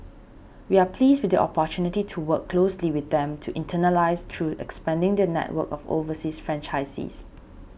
we are pleased with the opportunity to work closely with them to internationalise through expanding their network of overseas franchisees